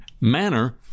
manner